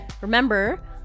Remember